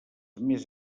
més